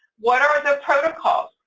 what are the protocols,